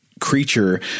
creature